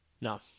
No